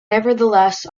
nevertheless